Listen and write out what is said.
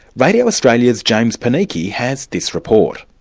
radio australia's james panichi has this report.